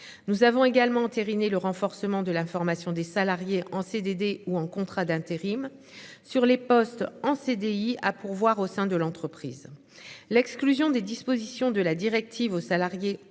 Nous avons également entériné le renforcement de la formation des salariés en CDD ou en contrat d'intérim sur les postes en CDI à pourvoir au sein de l'entreprise. L'exclusion des dispositions de la directive au salarié